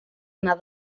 anar